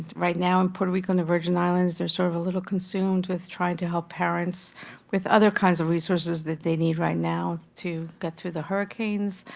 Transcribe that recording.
right now in puerto rico and the virgin islands they're sort of a little consumed with trying to help parents with other kinds of resources that they need right now to get through the hurricanes.